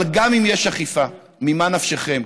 אבל גם אם יש אכיפה, ממה נפשכם?